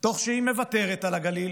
תוך שהיא מוותרת על הגליל.